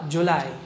July